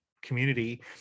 community